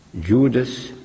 Judas